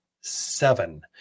seven